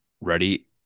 ready